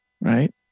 right